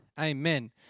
Amen